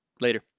Later